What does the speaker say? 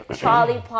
Charlie